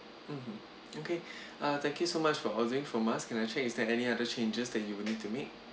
mmhmm okay uh thank you so much for ordering from us can I check is there any other changes that you will need to make